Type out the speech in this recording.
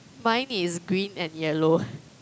mine is green and yellow